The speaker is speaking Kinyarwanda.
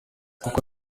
kuko